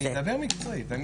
דבר מקצועית.